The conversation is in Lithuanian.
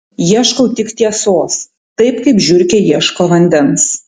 ieškau tik tiesos taip kaip žiurkė ieško vandens